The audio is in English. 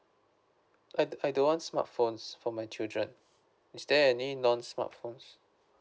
I I don't want smartphones for my children is there any non smartphones